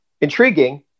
intriguing